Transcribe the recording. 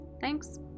Thanks